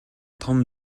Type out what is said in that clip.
том